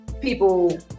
people